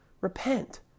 Repent